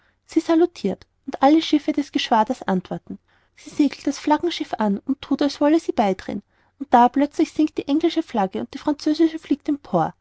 sie salutirt und alle schiffe des geschwaders antworten sie segelt das flaggenschiff an und thut als wolle sie beidrehen da aber plötzlich sinkt die englische flagge und die französische fliegt empor